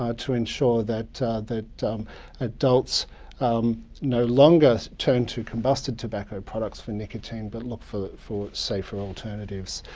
um to ensure that that adults no longer turn to combusted tobacco products for nicotine, but look for for safer alternatives.